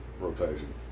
rotation